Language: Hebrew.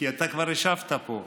כי אתה כבר השבת פה.